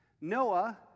Noah